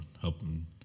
helping